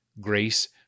Grace